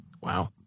Wow